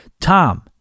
Tom